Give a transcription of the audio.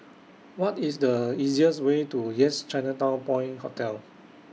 What IS The easiest Way to Yes Chinatown Point Hotel